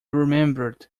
remembered